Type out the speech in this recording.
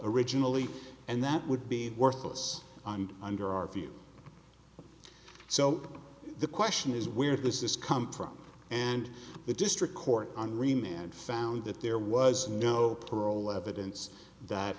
originally and that would be worthless and under our view so the question is where does this come from and the district court on remand found that there was no parole evidence that